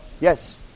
Yes